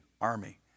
army